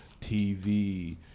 TV